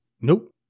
Nope